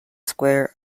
square